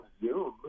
Zoom